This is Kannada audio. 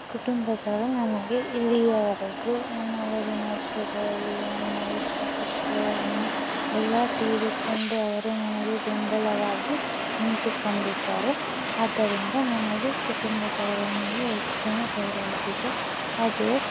ಕುಟುಂಬದವರು ನನಗೆ ಇಲ್ಲಿಯವರೆಗೂ ನನ್ನ ಓದಿನ ವಿಷಯದಲ್ಲಿ ನನ್ನ ಇಷ್ಟ ಕಷ್ಟಗಳನ್ನು ಎಲ್ಲ ತಿಳಿದುಕೊಂಡು ಅವರು ನನಗೆ ಬೆಂಬಲವಾಗಿ ನಿಂತುಕೊಂಡಿದ್ದಾರೆ ಆದ್ದರಿಂದ ನನಗೆ ಕುಟುಂಬದವರ ಮೇಲೆ ಹೆಚ್ಚಿನ ಗೌರವವಿದೆ ಹಾಗೆಯೇ